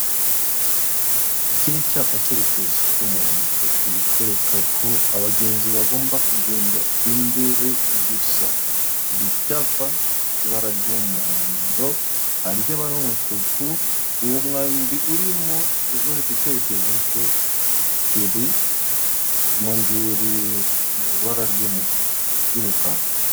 Iki ni icyapa cyerekezo cy'umuhondo irikwereka ko abagenzi bagomba kugenda imbere gusa, iki cyapa gifite ibara ry'umuhondo, n'umutuku umwambi urimo ureka icyerekezo uwo mwambi uri mu ibara ry'umukara.